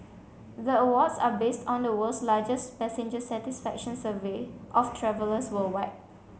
the awards are based on the world's largest passenger satisfaction survey of travellers worldwide